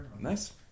Nice